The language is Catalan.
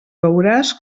veuràs